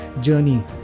journey